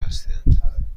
هستند